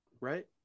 right